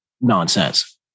nonsense